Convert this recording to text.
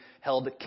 held